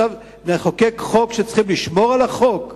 עכשיו נחוקק חוק שצריכים לשמור על החוק?